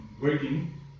Working